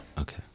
Okay